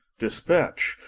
dispatch,